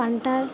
పంట